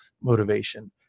motivation